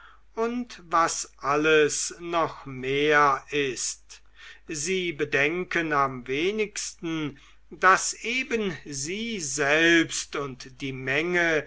und was alles noch mehr ist sie bedenken am wenigsten daß eben sie selbst und die menge